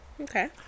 Okay